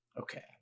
Okay